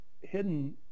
hidden